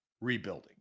rebuilding